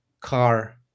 car